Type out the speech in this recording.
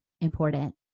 important